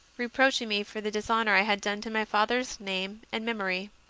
reproaching me for the dishonour i had done to my father s name and memory.